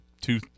two